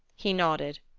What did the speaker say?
he nodded.